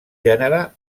gènere